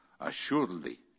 assuredly